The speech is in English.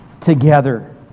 together